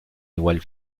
igual